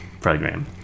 program